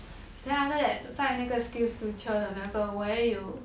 then after that 在那个 skills future 的那个我也有